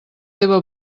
teva